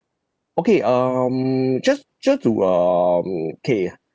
okay um just just to um K